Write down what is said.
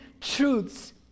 truths